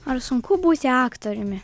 ar sunku būti aktoriumi